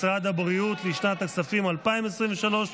משרד הבריאות, לשנת הכספים 2023,